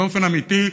באופן אמיתי,